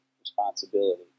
responsibility